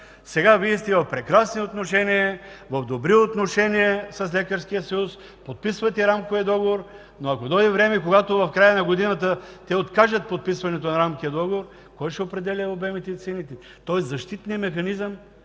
Сега Вие сте в прекрасни отношения, в добри отношения с Лекарския съюз, подписвате Рамковия договор, но ако дойде време, когато в края на годината те откажат подписването на Рамковия договор, кой ще определя обемите и цените? Тоест защитният механизъм